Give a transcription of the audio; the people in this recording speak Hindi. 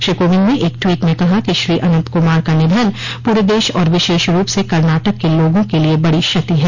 श्री कोविंद ने एक ट्वीट में कहा कि श्री अनंत कुमार का निधन पूरे देश और विशेष रूप से कर्नाटक के लोगों के लिए बड़ी क्षति है